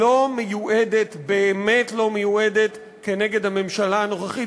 לא מיועדת, באמת לא מיועדת, נגד הממשלה הנוכחית.